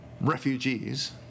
refugees